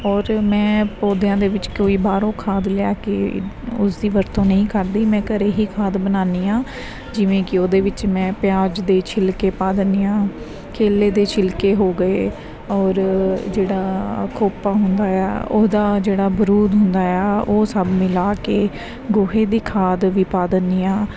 ਔਰ ਮੈਂ ਪੌਦਿਆਂ ਦੇ ਵਿੱਚ ਕੋਈ ਬਾਹਰੋਂ ਖਾਦ ਲਿਆ ਕੇ ਉਸ ਦੀ ਵਰਤੋਂ ਨਹੀਂ ਕਰਦੀ ਮੈਂ ਘਰੇ ਹੀ ਖਾਦ ਬਣਾਉਂਦੀ ਹਾਂ ਜਿਵੇਂ ਕਿ ਉਹਦੇ ਵਿੱਚ ਮੈਂ ਪਿਆਜ ਦੇ ਛਿਲਕੇ ਪਾ ਦਿੰਦੀ ਹਾਂ ਕੇਲੇ ਦੇ ਛਿਲਕੇ ਹੋ ਗਏ ਔਰ ਜਿਹੜਾ ਖੋਪਾ ਹੁੰਦਾ ਆ ਉਹਦਾ ਜਿਹੜਾ ਬਰੂਦ ਹੁੰਦਾ ਆ ਉਹ ਸਭ ਮਿਲਾ ਕੇ ਗੋਹੇ ਦੀ ਖਾਦ ਵੀ ਪਾ ਦਿੰਦੀ ਹਾਂ